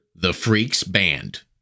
thefreaksband